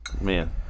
Man